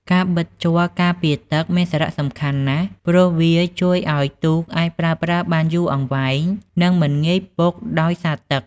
ការបិតជ័រការពារទឹកមានសារៈសំខាន់ណាស់ ព្រោះវាជួយឲ្យទូកអាចប្រើប្រាស់បានយូរអង្វែងនិងមិនងាយពុកដោយសារទឹក។